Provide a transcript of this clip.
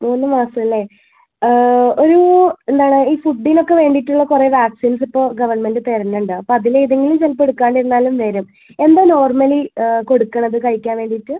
മൂന്ന് മാസം അല്ലേ ഒരു എന്താണ് ഈ ഫുഡിനൊക്കെ വേണ്ടിയിട്ടുള്ള കുറേ വാക്സിൻസ് ഇപ്പോൾ ഗവൺമെൻറ്റ് തരുന്നുണ്ട് അപ്പോൾ അതിൽ ഏതെങ്കിലും ചിലത് എടുക്കാണ്ടിരുന്നാലും വരും എന്താണ് നോർമലി കൊടുക്കണത് കഴിക്കാൻ വേണ്ടിയിട്ട്